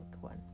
one